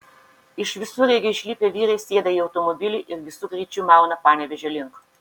iš visureigio išlipę vyrai sėda į automobilį ir visu greičiu mauna panevėžio link